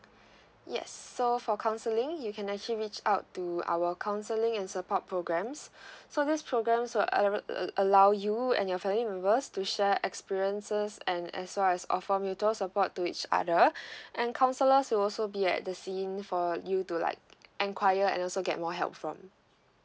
yes so for counselling you can actually reach out to our counselling and support programs so these programs will uh allow you and your family members to share experiences and as well as offer mutual support to each other and counsellors will also be at the scene for you to like enquire and also get more help from